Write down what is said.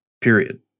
period